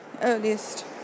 earliest